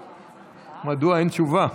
מדוע אין תשובה?